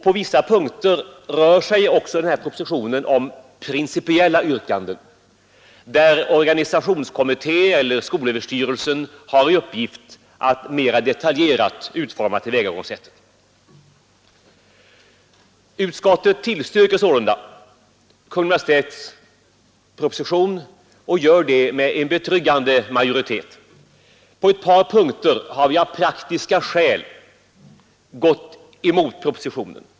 På vissa punkter föreslår propositionen principbeslut varefter en organisationskommitté eller skolöverstyrelsen får i uppgift att mera detaljerat utforma tillvägagångssättet. Utskottet tillstyrker sålunda Kungl. Maj:ts proposition och gör det med en betryggande majoritet. På ett par punkter har vi av praktiska skäl gått emot propositionen.